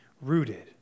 rooted